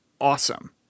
awesome